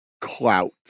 clout